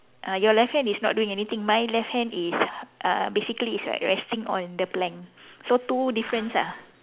uh your left hand is not doing anything my left hand is uh basically it's like resting on the plank so two difference ah